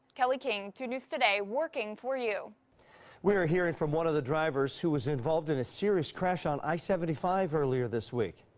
kelley king two news today working for you. john we're hearing from one of the drivers who was involved in a serious crash on i seventy five earlier this week